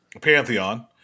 Pantheon